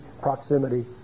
proximity